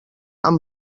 amb